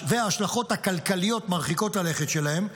וההשלכות הכלכליות מרחיקות הלכת שלהם,